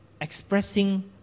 expressing